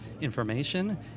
information